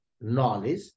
knowledge